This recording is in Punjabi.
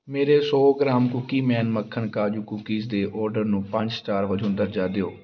ਮੇਰੇ ਸੌ ਗ੍ਰਾਮ ਕੂਕੀਮੈਨ ਮੱਖਣ ਕਾਜੂ ਕੂਕੀਜ਼ ਦੇ ਔਡਰ ਨੂੰ ਪੰਜ ਸਟਾਰ ਵਜੋਂ ਦਰਜਾ ਦਿਓ